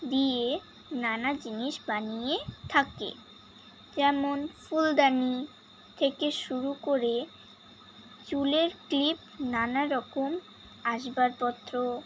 দিয়ে নানা জিনিস বানিয়ে থাকে যেমন ফুলদানি থেকে শুরু করে চুলের ক্লিপ নানারকম আসবাবপত্র